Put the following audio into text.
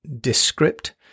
Descript